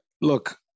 look